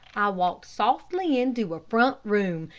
i walked softly into a front room,